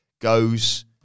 goes